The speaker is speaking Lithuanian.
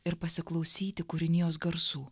ir pasiklausyti kūrinijos garsų